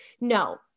No